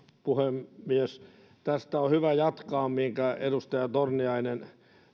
puhemies tästä on hyvä jatkaa mihinkä edustaja torniainen